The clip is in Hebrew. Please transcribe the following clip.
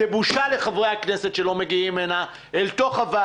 זאת בושה לחברי הכנסת שלא מגיעים הנה לוועדה.